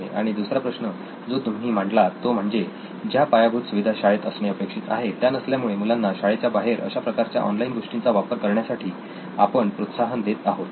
आणि दुसरा प्रश्न जो तुम्ही मांडला तो म्हणजे ज्या पायाभूत सुविधा शाळेत असणे अपेक्षित आहे त्या नसल्यामुळे मुलांना शाळेच्या बाहेर अशा प्रकारच्या ऑनलाईन गोष्टींचा वापर करण्यासाठी आपण प्रोत्साहन देत आहोत